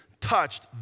touched